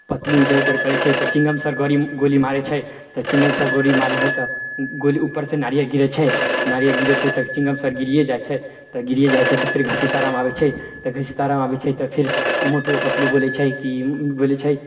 पतलु इधर उधर करै छै तऽ चिंगम सर गड़ी गोली मारै छै तऽ चिंगम सर गोरी मारै हइ तऽ गोली उपर से नारियल गिरै छै नारियल गिरै छै तऽ चिंगम सर गिरिए जाइ छै तऽ गिरिए जाइ छै तऽ फिर घसीटाराम आबै छै तऽ घसीटाराम आबै छै तऽ फिर मोटु आ पतलु बोलै छै की बोलै छै